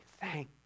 Thank